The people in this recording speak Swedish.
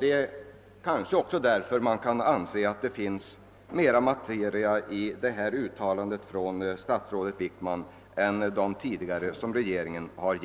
Det är främst av denna anledning man kanske kan anse att det finns mera materia i det uttalande som statsrådet Wickman nu gjort i interpellationssvaret än i de tidigare deklarationerna från